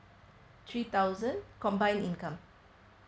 three thousand combined income